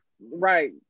right